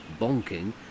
bonking